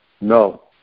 No